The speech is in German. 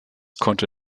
konnte